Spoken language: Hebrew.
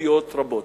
תפקודיות רבות.